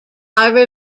are